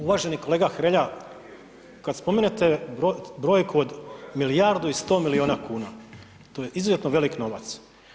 Uvaženi kolega Hrelja, kad spomenete brojku od milijardu i 100 milijuna kuna, to je izuzetno velik novac.